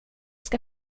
ska